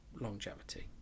longevity